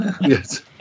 Yes